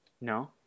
No